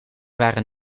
waren